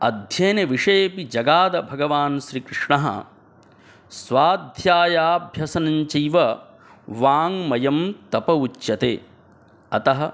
अध्ययनविषयेपि जगाद भगवान् श्रीकृष्णः स्वाध्यायाभ्यसनञ्चैव वाङ्मयं तप उच्यते अतः